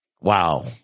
Wow